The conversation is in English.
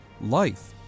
Life